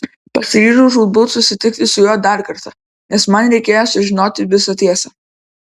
pasiryžau žūtbūt susitikti su juo dar kartą nes man reikėjo sužinoti visą tiesą